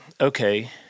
okay